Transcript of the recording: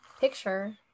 picture